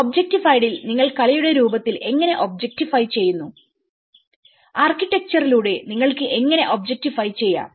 എന്നാൽ ഒബ്ജെക്റ്റിഫൈഡിൽ നിങ്ങൾ കലയുടെ രൂപത്തിൽ എങ്ങനെ ഒബ്ജെക്റ്റിഫൈ ചെയ്യുന്നുആർക്കിടെക്ച്ചറിലൂടെ നിങ്ങൾക്ക് എങ്ങനെ ഒബ്ജെക്ടിഫൈ ചെയ്യാം